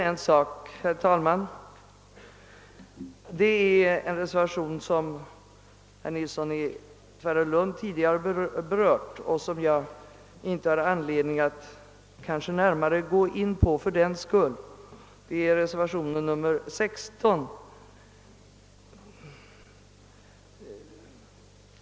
Reservationen 16 vid statsutskottets utlåtande nr 58 har herr Nilsson i Tvärålund tidigare berört, och jag har fördenskull kanske inte anledning att närmare gå in på den.